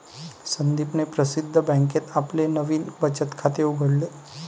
संदीपने प्रसिद्ध बँकेत आपले नवीन बचत खाते उघडले